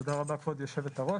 תודה רבה כבוד יושבת הראש.